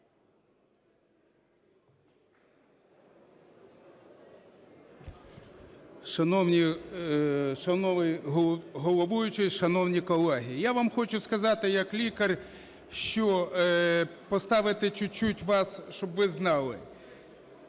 шановні колеги, я вам хочу сказати як лікар, що, поставити чуть-чуть вас, щоб ви знали: